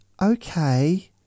Okay